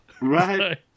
Right